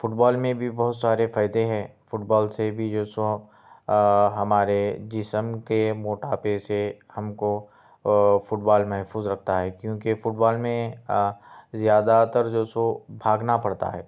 fit بال میں بھی بہت سارے فائدے ہیں فٹ بال سے بھی جو سو ہمارے جسم کے موٹاپے سے ہم کو فٹ بال محفوظ رکھتا ہے کیوں کہ فٹ بال میں زیادہ تر جو سو بھاگنا پڑتا ہے